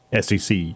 SEC